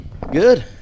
Good